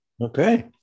Okay